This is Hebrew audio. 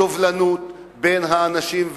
לסובלנות בין האנשים,